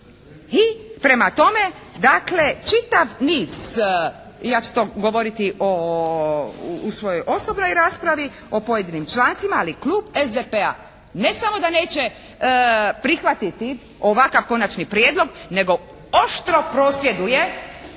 i prema tome dakle čitav niz, ja ću to govoriti o, u svojoj osobnoj raspravi o pojedinim člancima ali Klub SDP-a ne samo da neće prihvatiti ovakav Konačni prijedlog nego oštro prosvjeduje